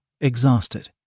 exhausted